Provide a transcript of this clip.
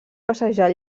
passejar